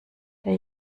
der